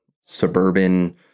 suburban